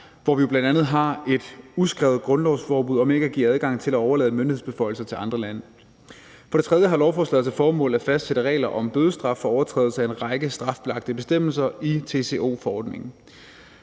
hvor vi bl.a. har et uskrevet grundlovsforbud om ikke at give adgang til at overlade myndighedsbeføjelser til andre lande. For det tredje har lovforslaget til formål at fastsætte regler for bødestraf ved overtrædelse af en række strafferetlige bestemmelser i TCO-forordningen.